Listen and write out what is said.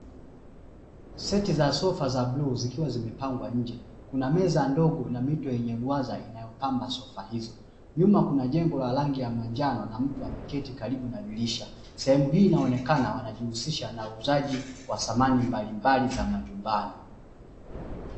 Seti za sofa za bluu zikiwa zimepangwa nje. Kuna meza ndogo na mito yenye ruwaza inayopamba sofa hizo. Nyuma kuna jengo la rangi ya manjano, na mtu ameketi karibu na dirisha. Sehemu hii inaonekana wanajihusisha na uuzaji wa samani mbalimbali za majumbani.